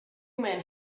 men